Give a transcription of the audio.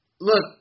Look